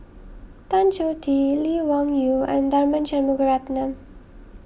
Tan Choh Tee Lee Wung Yew and Tharman Shanmugaratnam